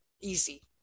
easy